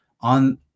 on